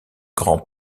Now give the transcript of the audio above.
grand